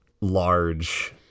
large